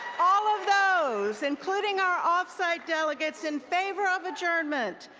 all of those, including our off-site delegates in favor of adjourn ment,